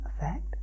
effect